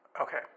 Okay